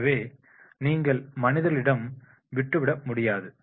எனவே நீங்கள் மனிதர்களிடம் விட்டுவிட முடியாது